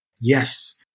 yes